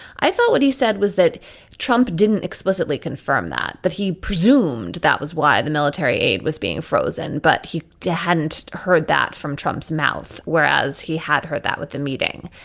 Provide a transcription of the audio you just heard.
i thought what he said was that trump didn't explicitly confirm that, that he presumed that was why the military aid was being frozen. but he hadn't heard that from trump's mouth. whereas he had heard that with the meeting.